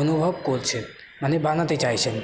অনুভব করছেন মানে বানাতে চাইছেন